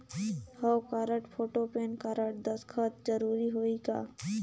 हव card, photo, PAN card, दस्खत जरूरी होही का?